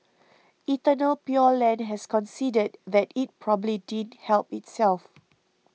Eternal Pure Land has conceded that it probably didn't help itself